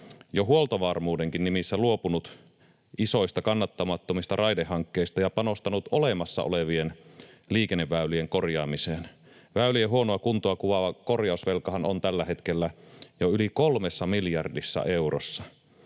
jo huoltovarmuudenkin nimissä luopunut isoista, kannattamattomista raidehankkeista ja panostanut olemassa olevien liikenneväylien korjaamiseen. Väylien huonoa kuntoa kuvaava korjausvelkahan on tällä hetkellä jo yli kolmessa miljardissa eurossa.